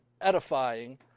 edifying